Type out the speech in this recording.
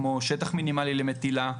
כמו שטח מינימלי למטילה.